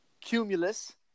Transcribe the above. cumulus